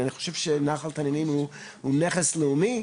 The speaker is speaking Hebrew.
אני חושב שנחל תנינים הוא נכס לאומי.